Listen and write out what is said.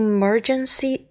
Emergency